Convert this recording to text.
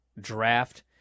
draft